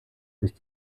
durch